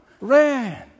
ran